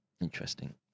interesting